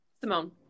Simone